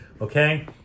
Okay